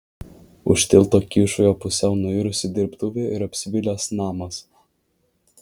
už tilto kyšojo pusiau nuirusi dirbtuvė ir apsvilęs namas